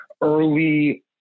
early